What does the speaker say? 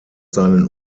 seinen